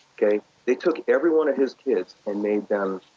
they they took every one of his kids and made them